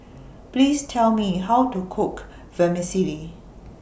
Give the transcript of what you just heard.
Please Tell Me How to Cook Vermicelli